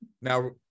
Now